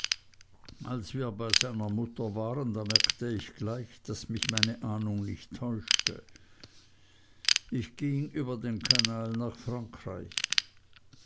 als wir bei seiner mutter waren da merkte ich gleich daß mich meine ahnung nicht täuschte ich ging über den kanal nach frankreich